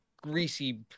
greasy